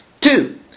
Two